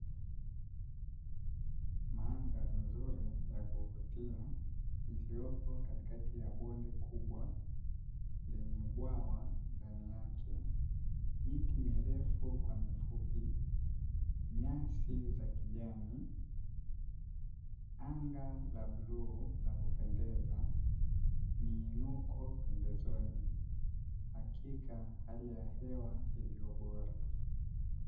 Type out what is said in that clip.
Mandhari nzuri ya kuvutia iliyopo katikati ya bonde kubwa lenye bwawa ndani yake. Miti mirefu kwa mifupi, nyasi za kijani, anga la bluu la kupendeza, miinuko pembezoni hakika hali ya hewa iliyobora.